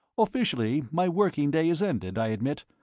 officially, my working day is ended, i admit,